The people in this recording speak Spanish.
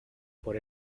por